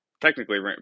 technically